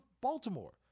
Baltimore